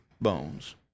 bones